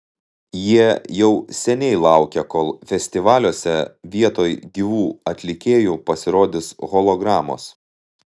jie jau seniai laukia kol festivaliuose vietoj gyvų atlikėjų pasirodys hologramos